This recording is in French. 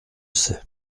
sait